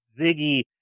Ziggy